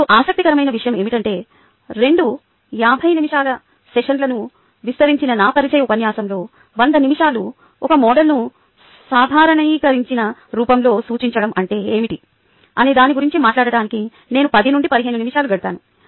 ఇప్పుడు ఆసక్తికరమైన విషయం ఏమిటంటే రెండు 50 నిమిషాల సెషన్లను విస్తరించిన నా పరిచయ ఉపన్యాసంలో 100 నిమిషాలు ఒక మోడల్ను సాధారణీకరించిన రూపంలో సూచించడం అంటే ఏమిటి అనే దాని గురించి మాట్లాడటానికి నేను 10 నుండి 15 నిమిషాలు గడిపాను